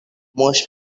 most